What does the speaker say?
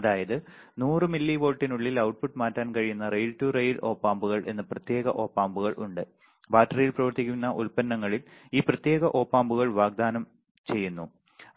അതായത് 100 മില്ലി വോൾട്ടിനുള്ളിൽ output മാറ്റാൻ കഴിയുന്ന റെയിൽ ടു റെയിൽ ഒപ്പ് ആമ്പുകൾ എന്ന് പ്രത്യേക ഓപ് ആമ്പുകൾ ഉണ്ട് ബാറ്ററിയിൽ പ്രവർത്തിക്കുന്ന ഉൽപ്പന്നങ്ങളിൽ ഈ പ്രത്യേക ഓപ് ആമ്പുകൾ വാഗ്ദാനം ചെയ്യുന്നു